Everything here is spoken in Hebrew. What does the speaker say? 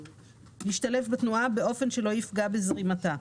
להשתלב בתנועה באופן שלא יפגע בזרימתה.